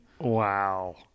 Wow